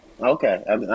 Okay